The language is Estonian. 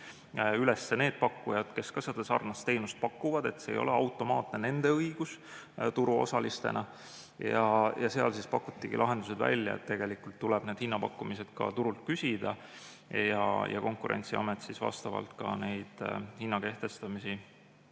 üles need pakkujad, kes ka seda sarnast teenust pakuvad, sest see ei ole automaatne nende õigus turuosalistena? Seal pakutigi lahendused välja, et tegelikult tuleb need hinnapakkumised ka turult küsida ja Konkurentsiamet vastavalt ka neid hinna kehtestamisi